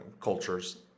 cultures